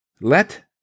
Let